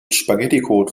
spaghetticode